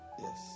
Yes